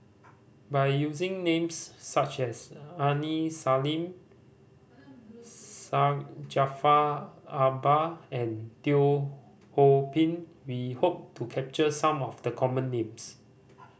by using names such as Aini Salim Syed Jaafar Albar and Teo Ho Pin we hope to capture some of the common names